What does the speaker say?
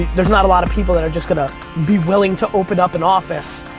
there's not a lot of people that are just going to be willing to open up an office